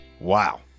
Wow